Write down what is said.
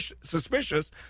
suspicious